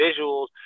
visuals